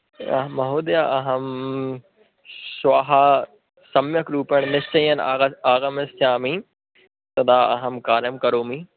अहं महोदयः अहं श्वः सम्यक्रूपेण निश्चयेन आग आगमिष्यामि तदा अहं कार्यं करोमि